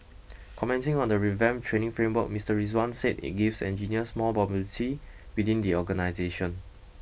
commenting on the revamped training framework Mister Rizwan said it gives engineers more mobility within the organisation